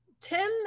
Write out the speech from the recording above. Tim